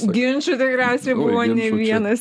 ginčų tikriausiai buvo ne vienas